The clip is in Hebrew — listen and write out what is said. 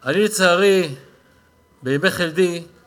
האורחים שהם לא חברי כנסת מן הדיון